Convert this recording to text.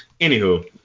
Anywho